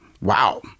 Wow